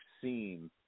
seen